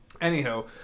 Anyhow